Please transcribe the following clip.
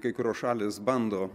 kai kurios šalys bando